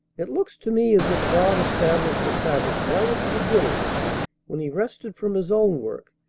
it looks to me as if god established the sabbath right at the beginning when he rested from his own work,